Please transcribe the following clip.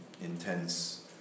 intense